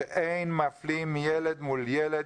שאין מפלים ילד מול ילד,